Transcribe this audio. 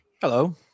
Hello